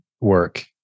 work